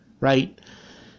right